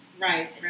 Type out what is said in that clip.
Right